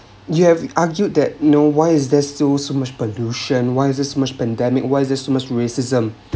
you have argued that you know why there's still so much pollution why is so much pandemic why is so much racism